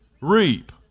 reap